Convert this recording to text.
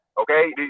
okay